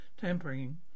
tampering